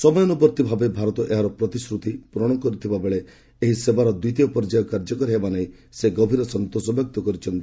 ସମୟାନୁବର୍ତ୍ତୀ ଭାବେ ଭାରତ ଏହାର ପ୍ରତିଶ୍ରତି ପୂରଣ କରିଥିବାବେଳେ ଏହି ସେବାର ଦ୍ୱିତୀୟ ପର୍ଯ୍ୟାୟ କାର୍ଯ୍ୟକାରୀ ହେବା ନେଇ ସେ ଗଭୀର ସନ୍ତୋଷ ପ୍ରକାଶ କରିଛନ୍ତି